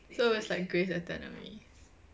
so it's like grey's anatomy